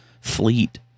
fleet